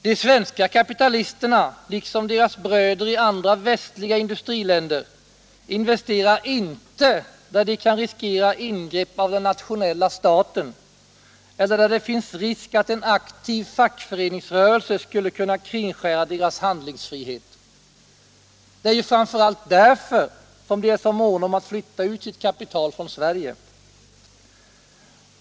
De svenska kapitalisterna liksom deras bröder i andra västliga industriländer investerar inte där de kan riskera ingrepp av den nationella staten eller där det finns risk att en aktiv fackföreningsrörelse skulle kunna kringskära deras handlingsfrihet. Det är ju framför allt därför som de är så måna om att flytta ut sitt kapital från Sverige.